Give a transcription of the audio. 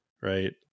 Right